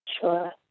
Sure